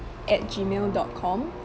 at gmail dot com